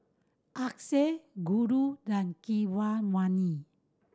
Akshay Guru than Keeravani